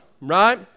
right